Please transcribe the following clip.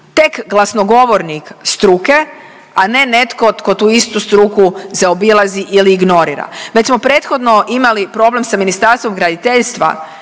tek glasnogovornik struke, a ne netko tko tu istu struku zaobilazi ili ignorira. Već smo prethodno imali problem sa Ministarstvom graditeljstva